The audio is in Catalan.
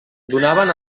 donaven